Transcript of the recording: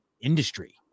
industry